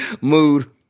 Mood